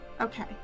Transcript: okay